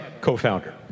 co-founder